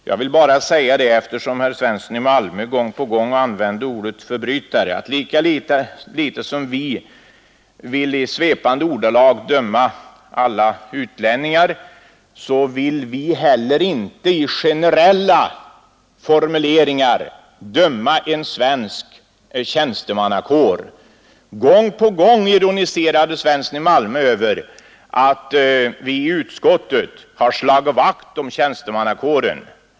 Jag vill bara säga, eftersom herr Svensson i Malmö gång på gång använde ordet förbrytare, att lika litet som vi vill i svepande ordalag döma alla utlänningar, lika litet vill vi i generella formuleringar döma en svensk tjänstemannakår. Gång på gång ironiserade herr Svensson i Malmö över att vi i utskottet har slagit vakt om tjänstemannakåren.